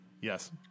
Yes